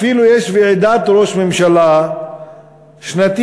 אפילו יש ועידת ראש ממשלה שנתית